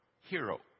hero